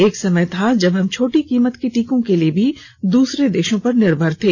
एक समय था जब हम छोटी कीमत के टीके के लिए भी दूसरे देशों पर निर्भर थे